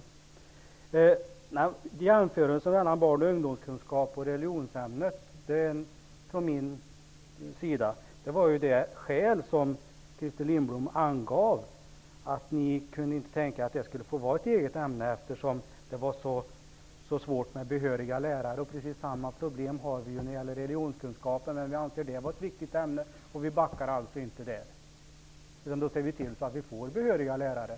Orsaken till min jämförelse mellan barn och ungdomskunskap och religionsämnet var det skäl som Christer Lindblom angav. Ni kunde inte tänka er att barn och ungdomskunskap skulle få vara ett eget ämne, eftersom det var så svårt att få behöriga lärare. Vi har precis samma problem när det gäller religionskunskapen. Men vi anser det vara ett viktigt ämne, och där backar vi inte, utan ser till att vi får behöriga lärare.